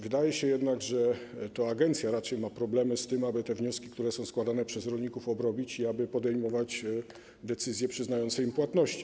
Wydaje się jednak, że to agencja raczej ma problemy z tym, aby te wnioski, które są składane przez rolników, obrobić i aby podejmować decyzje przyznające im płatności.